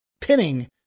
pinning